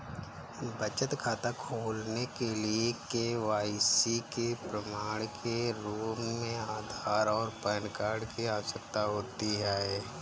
बचत खाता खोलने के लिए के.वाई.सी के प्रमाण के रूप में आधार और पैन कार्ड की आवश्यकता होती है